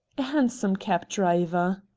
hansom-cab driver.